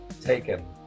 taken